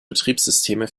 betriebssysteme